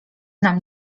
nam